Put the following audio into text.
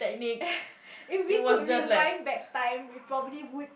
if we could rewind back time we probably would